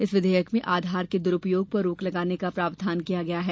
इस विधेयक में आधार के दुरूपयोग पर रोक लगाने का प्रावधान किया गया है